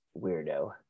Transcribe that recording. weirdo